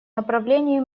направлении